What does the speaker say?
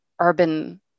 urban